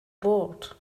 bored